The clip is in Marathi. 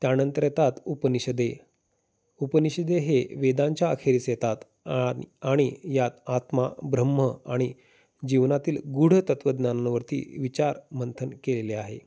त्यानंतर येतात उपनिषदे उपनिषदे हे वेदांच्या आखेरीस येतात आ आणि यात आत्मा ब्रह्म आणि जीवनातील गुढ तत्वज्ञाननावरती विचार मंथन केलेले आहे